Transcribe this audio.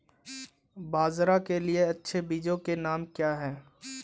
बाजरा के लिए अच्छे बीजों के नाम क्या हैं?